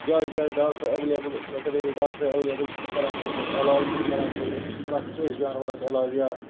جایہِ جایہِ doctor available veterinary doctor available تِم کَران چھِ یِمَن علاج تِم کَران چھِ پرٛٮ۪تھ کُنہِ جاناوارَس علاج یا